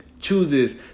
chooses